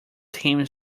team